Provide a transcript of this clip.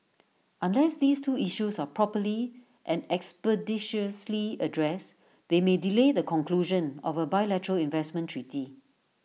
unless these two issues are properly and expeditiously addressed they may delay the conclusion of A bilateral investment treaty